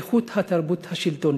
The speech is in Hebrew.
איכות התרבות השלטונית,